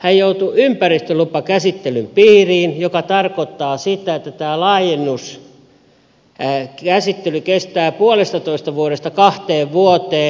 hän joutui ympäristölupakäsittelyn piiriin mikä tarkoittaa sitä että tämä laajennuskäsittely kestää puolestatoista vuodesta kahteen vuoteen